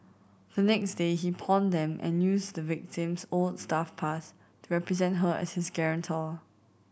the next day he pawned them and used the victim's old staff pass to represent her as his guarantor